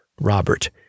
Robert